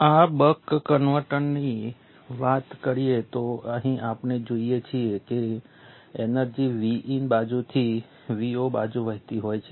આ buck converter ની વાત કરીએ તો અહીં આપણે જોઈએ છીએ કે એનર્જી Vin બાજુથી Vo બાજુ વહેતી હોય છે